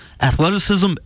athleticism